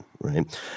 right